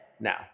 now